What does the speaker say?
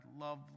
love